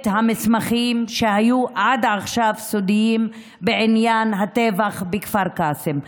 המסמכים שהיו עד עכשיו סודיים בעניין הטבח בכפר קאסם.